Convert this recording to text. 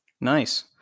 Nice